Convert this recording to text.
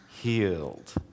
healed